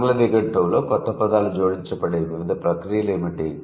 ఆంగ్ల నిఘంటువులో కొత్త పదాలు జోడించబడే వివిధ ప్రక్రియలు ఏమిటి